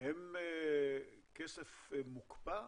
הם כסף מוקפא,